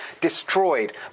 destroyed